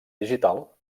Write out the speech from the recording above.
digital